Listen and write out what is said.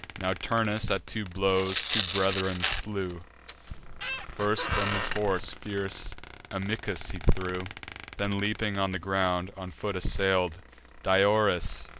now turnus, at two blows, two brethren slew first from his horse fierce amycus he threw then, leaping on the ground, on foot assail'd diores,